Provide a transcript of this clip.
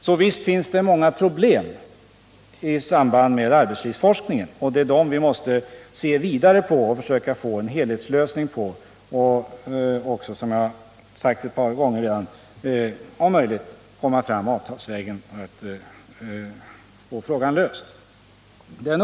Så visst finns det många problem i samband med arbetslivsforskningen, och det är dem vi måste se vidare på och få en helhetslösning på samt, som jag har sagt ett par gånger redan, om möjligt gå fram avtalsvägen för att få lösta.